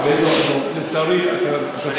לצערי, אתה צודק.